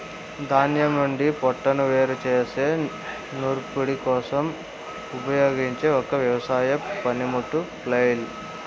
ధాన్యం నుండి పోట్టును వేరు చేసే నూర్పిడి కోసం ఉపయోగించే ఒక వ్యవసాయ పనిముట్టు ఫ్లైల్